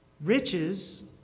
Riches